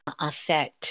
Aset